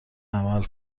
عمل